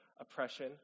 oppression